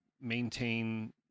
maintain